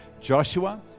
Joshua